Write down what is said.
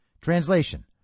Translation